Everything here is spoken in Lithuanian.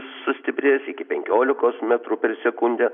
sustiprės iki penkiolikos metrų per sekundę